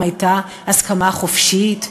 אם הייתה הסכמה חופשית,